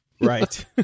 Right